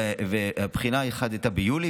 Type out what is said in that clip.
בחינה אחת הייתה ביולי,